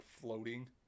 floating